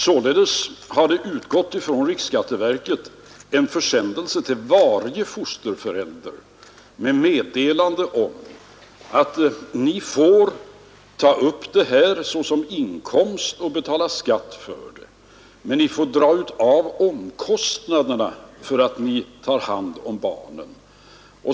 Sålunda har det från riksskatteverket utgått en försändelse till varje fosterförälder med meddelande om att ni skall ta upp det här såsom inkomst och betala skatt för det, men ni får dra av omkostnaderna för att ni tar hand om barnen.